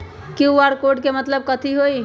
QR code के मतलब कथी होई?